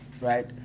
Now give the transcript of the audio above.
right